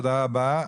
תודה רבה.